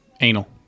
Anal